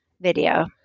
video